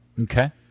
Okay